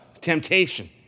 temptation